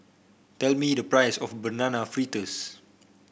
tell me the price of Banana Fritters